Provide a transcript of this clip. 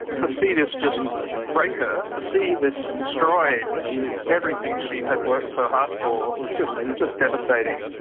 to see this just break her, to see this destroy everything she had worked so hard for was just just devastating.